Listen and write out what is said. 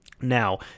Now